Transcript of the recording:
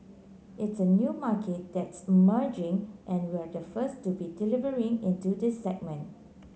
it's a new market that's merging and we're the first to be delivering into the segment